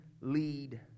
lead